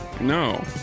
no